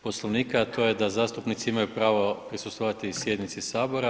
Poslovnik, a to je da zastupnici imaju pravo prisustvovati i sjednici sabora.